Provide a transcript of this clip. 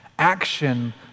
Action